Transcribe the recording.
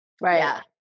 Right